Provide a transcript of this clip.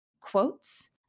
quotes